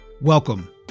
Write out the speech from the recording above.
welcome